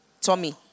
Tommy